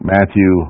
Matthew